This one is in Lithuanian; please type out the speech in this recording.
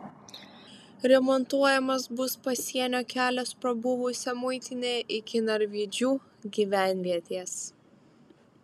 remontuojamas bus pasienio kelias pro buvusią muitinę iki narvydžių gyvenvietės